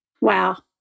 Wow